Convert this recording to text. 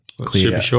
Clear